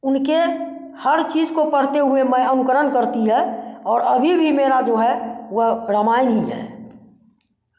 उनके हर चीज़ को पढ़ते हुए मैं अनुकरण करती है और अभी भी मेरा जो है वह रामायण ही है